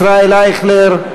ישראל אייכלר,